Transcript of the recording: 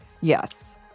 Yes